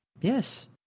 Yes